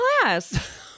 class